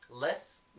less